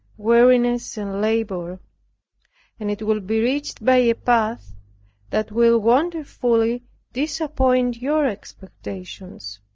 weariness and labor and it will be reached by a path that will wonderfully disappoint your expectations.